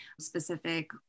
specific